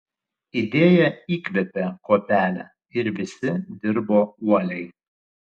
idėja įkvėpė kuopelę ir visi dirbo uoliai